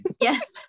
Yes